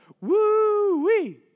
Woo-wee